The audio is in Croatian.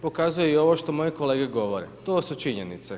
Pokazuje i ovo što moje kolege govore, to su činjenice.